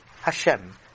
Hashem